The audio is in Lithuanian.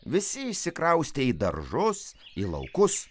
visi išsikraustė į daržus į laukus